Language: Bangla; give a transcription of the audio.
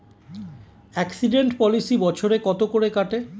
এক্সিডেন্ট পলিসি বছরে কত করে কাটে?